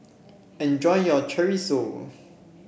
enjoy your Chorizo